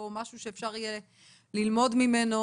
או משהו שאפשר יהיה ללמוד ממנו,